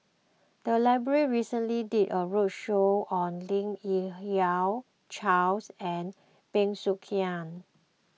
the library recently did a roadshow on Lim Yi Yong Charles and Bey Soo Khiang